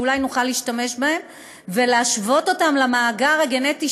אולי נוכל להשתמש בהן ולהשוות אותן למאגר הגנטי